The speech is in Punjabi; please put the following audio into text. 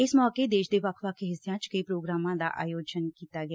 ਇਸ ਮੌਕੇ ਦੇਸ਼ ਦੇ ਵੱਖ ਵੱਖ ਹਿੱਸਿਆਂ ਚ ਕਈ ਪ੍ਰੋਗਰਾਮਾਂ ਦਾ ਆਯੋਜਨ ਕੀਤਾ ਗਿਆ